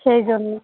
সেই জন্য